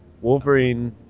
Wolverine